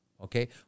Okay